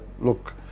look